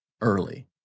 early